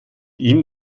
ihm